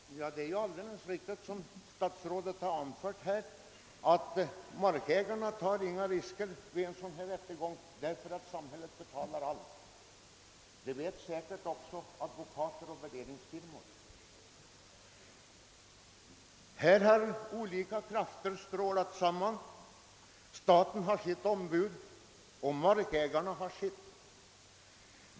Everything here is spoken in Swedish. Herr talman! Det är alldeles riktigt som statsrådet säger, att markägarna inte löper några risker vid en rättegång av detta slag, eftersom samhället betalar allt. Detta känner säkerligen också advokater och värderingsfirmor till. Här har olika krafter och intressen strålat samman. Staten har sitt ombud och markägarna sitt.